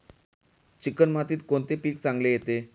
Chicken मातीत कोणते पीक चांगले येते?